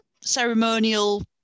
ceremonial